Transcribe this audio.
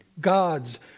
God's